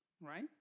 right